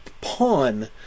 pawn